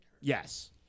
Yes